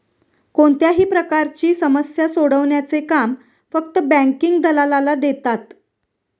कोणत्याही प्रकारची समस्या सोडवण्याचे काम फक्त बँकिंग दलालाला देतात